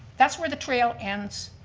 that's where the trail ends,